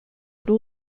would